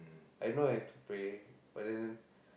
I know have to pray but then